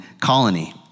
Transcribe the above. colony